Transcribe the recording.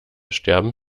sterben